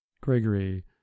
Gregory